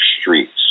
streets